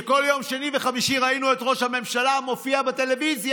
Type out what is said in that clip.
כשכל יום שני וחמישי ראינו את ראש הממשלה מופיע בטלוויזיה,